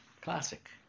Classic